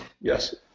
Yes